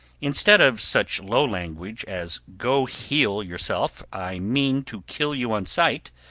instead of such low language as go heel yourself i mean to kill you on sight,